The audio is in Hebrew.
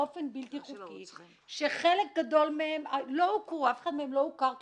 באופן בלתי חוקי ואף אחד מהם לא הוכר כפליט?